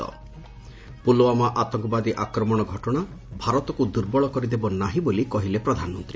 ପ୍ରଲ୍ତୱାମା ଆତଙ୍କବାଦୀ ଆକ୍ରମଣ ଘଟଣା ଭାରତକ୍ ଦୂର୍ବଳ କରିଦେବ ନାହି ବୋଲି କହିଲେ ପ୍ରଧାନମନ୍ତୀ